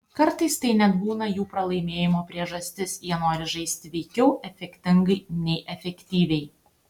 kartais tai net būna jų pralaimėjimo priežastis jie nori žaisti veikiau efektingai nei efektyviai